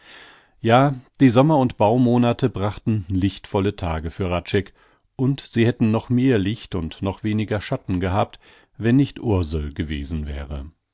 ja die sommer und baumonate brachten lichtvolle tage für hradscheck und sie hätten noch mehr licht und noch weniger schatten gehabt wenn nicht ursel gewesen wäre